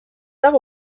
tard